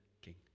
king